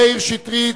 מאיר שטרית,